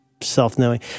self-knowing